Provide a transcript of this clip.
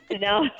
No